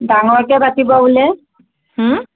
ডাঙৰকৈ পাতিব বোলে হু